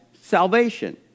salvation